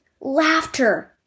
laughter